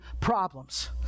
problems